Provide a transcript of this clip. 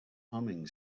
humming